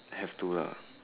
have to lah